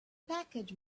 package